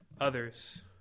others